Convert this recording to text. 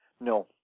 No